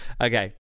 Okay